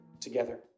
together